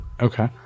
Okay